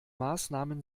maßnahmen